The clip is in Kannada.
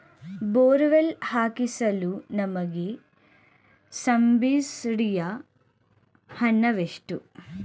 ಬೋರ್ವೆಲ್ ಹಾಕಿಸಲು ನಮಗೆ ಸಬ್ಸಿಡಿಯ ಹಣವೆಷ್ಟು?